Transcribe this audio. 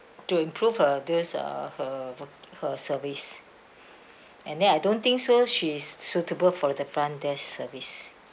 to improve her those uh her her service and then I don't think so she is suitable for the front desk service